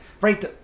Right